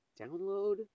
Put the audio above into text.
download